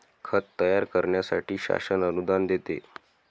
खत तयार करण्यासाठी शासन अनुदान देते